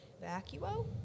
Vacuo